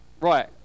Right